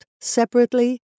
separately